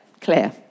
Claire